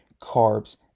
carbs